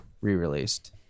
re-released